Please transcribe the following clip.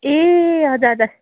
ए हजुर हजुर